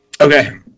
Okay